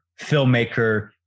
filmmaker